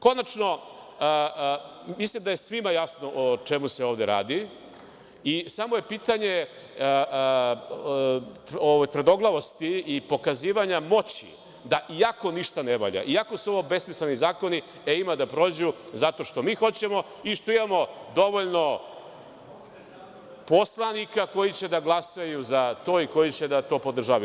Konačno, mislim da je svima jasno o čemu se ovde radi i samo je pitanje tvrdoglavosti i pokazivanja moći, da iako ništa ne valja, da iako su ovo besmisleni zakoni, ima da prođu zato što mi hoćemo i zato što imamo dovoljno poslanika koji će da glasaju i koji će to da podržavaju.